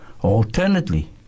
Alternately